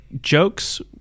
jokes